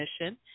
mission